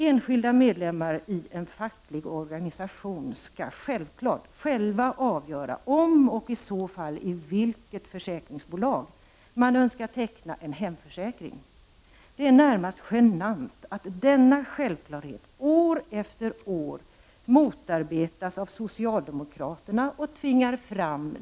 Enskilda medlemmar i en facklig organisation skall självfallet själva avgöra om, och i så fall i vilket försäkringsbolag de önskar teckna en hemförsäkring. Det är närmast genant att denna självklarhet år efter år motarbetas av socialdemokraterna.